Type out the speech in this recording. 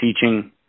teaching